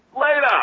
later